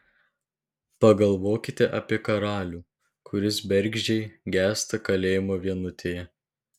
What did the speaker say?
pagalvokite apie karalių kuris bergždžiai gęsta kalėjimo vienutėje